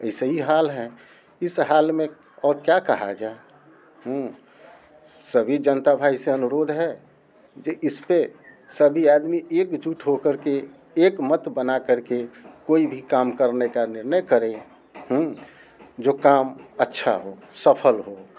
ऐसे ही हाल है इस हाल में और क्या कहा जाए सभी जनता भाई से अनुरोध है जे इस पर सभी आदमी एकजुट हो कर के एकमत बना कर के कोई भी काम करने का निर्णय करें जो काम अच्छा हो सफल हो